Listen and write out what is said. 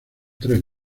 tres